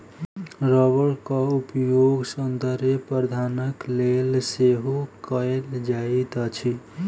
रबड़क उपयोग सौंदर्य प्रशाधनक लेल सेहो कयल जाइत अछि